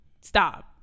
Stop